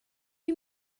you